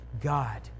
God